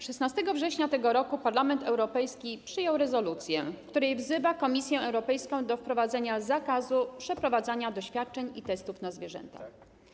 16 września tego roku Parlament Europejski przyjął rezolucję, w której wzywa Komisję Europejską do wprowadzenia zakazu przeprowadzania doświadczeń i testów na zwierzętach.